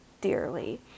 dearly